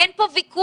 אין פה ויכוח.